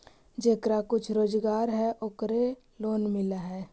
जेकरा कुछ रोजगार है ओकरे लोन मिल है?